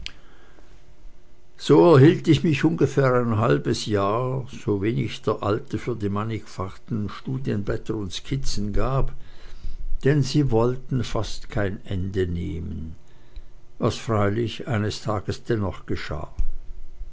so erhielt ich mich ungefähr ein halbes jahr so wenig mir der alte für die mannigfaltigen studienblätter und skizzen gab denn sie wollten fast kein ende nehmen was freilich eines tages dennoch geschah